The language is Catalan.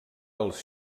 als